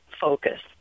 focus